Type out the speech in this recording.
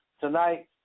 tonight